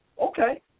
Okay